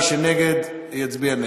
מי שנגד, יצביע נגד.